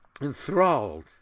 enthralled